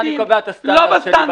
אז איך אני קובע את הסטנדרט שלי במקום?